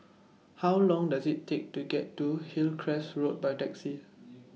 How Long Does IT Take to get to Hillcrest Road By Taxi